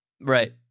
Right